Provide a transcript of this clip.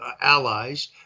allies